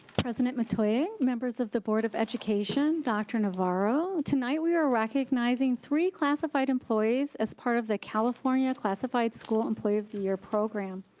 president metoyer, members of the board of education, dr. navarro, tonight we are recognizing three classified employees as part of the california classified school employee of the year program.